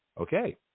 Okay